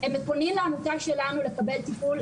פונים לעמותה שלנו לקבל טיפול,